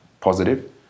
positive